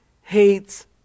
hates